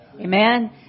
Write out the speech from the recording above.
Amen